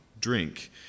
drink